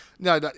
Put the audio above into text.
No